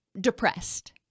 depressed